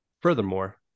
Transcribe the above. Furthermore